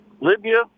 Libya